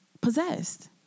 possessed